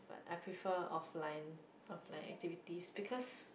but I prefer offline offline activities because